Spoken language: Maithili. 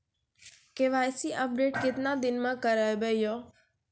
के.वाई.सी अपडेट केतना दिन मे करेबे यो?